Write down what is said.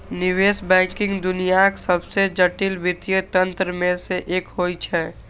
निवेश बैंकिंग दुनियाक सबसं जटिल वित्तीय तंत्र मे सं एक होइ छै